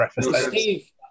Steve